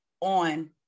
on